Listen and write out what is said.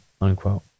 unquote